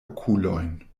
okulojn